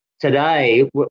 today